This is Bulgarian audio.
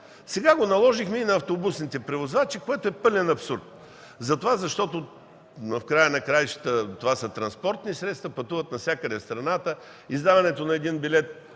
Сега го наложихме и на автобусните превозвачи, което е пълен абсурд, защото това са транспортни средства. Пътуват навсякъде в страната. Издаването на един билет